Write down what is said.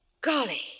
Golly